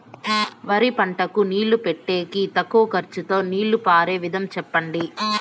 వరి పంటకు నీళ్లు పెట్టేకి తక్కువ ఖర్చుతో నీళ్లు పారే విధం చెప్పండి?